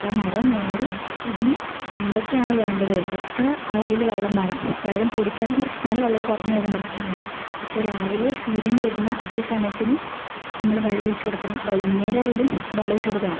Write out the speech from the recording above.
അപ്പം മരം നേരെ അതിന് എന്തൊക്കെയാണ് വേണ്ടത് എത്ര അളവിൽ വെള്ളം വേണം വെള്ളം കൂടി പോയാലും പ്രശ്നമാണ് വെള്ളം കുറഞ്ഞ് പോയാലും പ്രശ്നമാണ് അപ്പോൾ രാവിലെ സൂര്യൻ വരുന്ന അതേ സമയത്തിന് നമ്മൾ വെള്ളൊഴിച്ച് കൊടുക്കണം വൈകുന്നേരായാലും വെള്ളൊഴിച്ച് കൊടുക്കണം